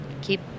keep